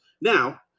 now